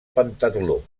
pentatló